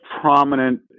prominent